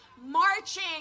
marching